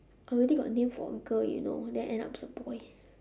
already got name for a girl you know then end up it's a boy